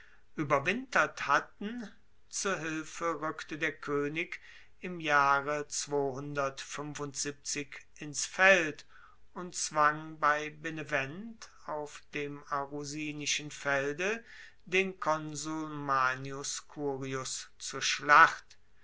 ueberwintert hatten zu hilfe rueckte der koenig im jahre ins feld und zwang bei benevent auf dem arusinischen felde den konsul manius curius zur schlacht